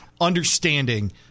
understanding